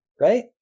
Right